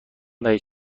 دهید